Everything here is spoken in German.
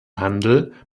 handel